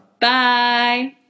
Bye